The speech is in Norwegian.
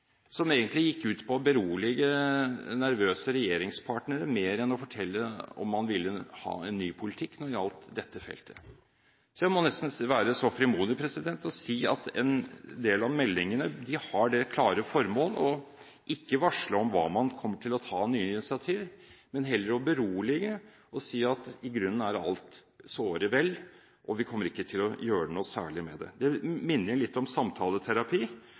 som egentlig gikk ut på å berolige nervøse regjeringspartnere, mer enn å fortelle om man ville ha en ny politikk på dette feltet. Så jeg må nesten være så frimodig å si at en del av meldingene har det klare formål å ikke varsle om hvor man kommer til å ta nye initiativ, men heller å berolige og si at i grunnen er alt såre vel og vi kommer ikke til å gjøre noe særlig med det. Det minner jo litt om samtaleterapi